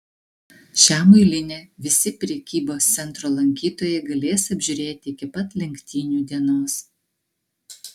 šią muilinę visi prekybos centro lankytojai galės apžiūrėti iki pat lenktynių dienos